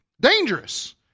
Dangerous